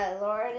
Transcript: Lord